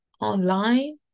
online